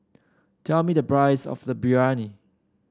tell me the price of the Biryani